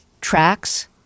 tracks